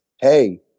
hey